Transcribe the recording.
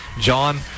John